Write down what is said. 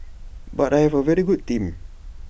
but I have A very good team